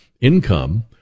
income